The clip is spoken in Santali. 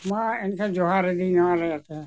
ᱢᱟ ᱮᱱᱠᱷᱟᱱ ᱡᱚᱦᱟᱨᱟᱞᱤᱧ ᱱᱟᱣᱟ ᱛᱮ